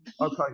Okay